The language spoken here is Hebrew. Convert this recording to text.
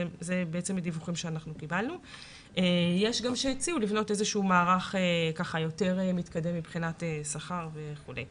יש גם כאלה שהציעו לבנות מערך יותר מתקדם מבחינת שכר וכו'.